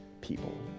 people